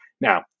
Now